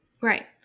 Right